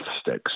sticks